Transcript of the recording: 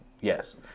yes